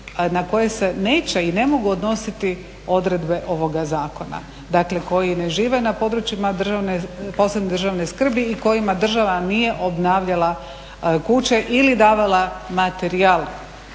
na koje se neće i ne mogu odnositi odredbe ovoga zakona, dakle koji ne žive na PPDS-u i kojima država nije obnavljala kuće ili davala materijal